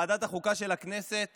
ועדת החוקה של הכנסת